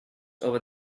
over